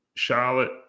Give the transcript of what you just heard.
Charlotte